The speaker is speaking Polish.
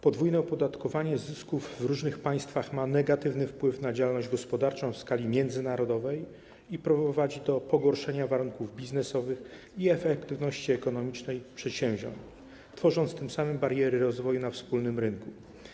Podwójne opodatkowanie zysków w różnych państwach ma negatywny wpływ na działalność gospodarczą w skali międzynarodowej i prowadzi do pogorszenia warunków biznesowych i efektywności ekonomicznej przedsięwzięć, tworząc tym samym bariery rozwoju na wspólnym rynku.